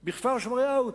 בכפר-שמריהו,